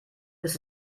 ist